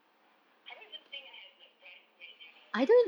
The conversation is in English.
I don't even think I have like bridesmaid you know